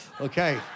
okay